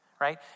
right